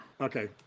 okay